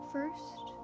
First